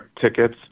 tickets